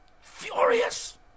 Furious